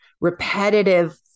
repetitive